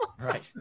Right